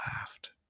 laughed